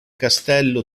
castello